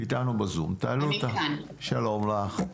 שלום לך.